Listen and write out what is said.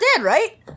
right